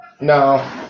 No